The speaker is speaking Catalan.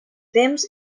temps